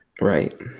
Right